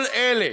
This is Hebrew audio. כל אלה,